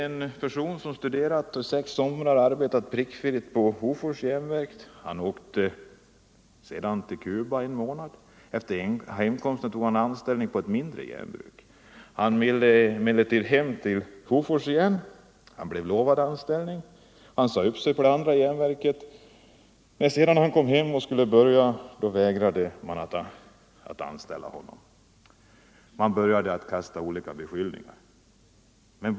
En person, som studerat och arbetar prickfritt under sex somrar på Hofors Järnverk, åkte till Cuba en månad. Efter hemkomsten tog han anställning på ett mindre järnbruk. Han ville emellertid hem till Hofors igen och blev lovad anställning. Han sade upp sig på det andra järnverket. Men när han kom hem och skulle börja vägrade man att anställa honom. Man började kasta olika beskyllningar mot honom.